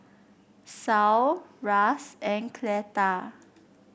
Saul Ras and Cleta